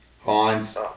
Hines